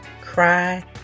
cry